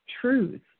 truth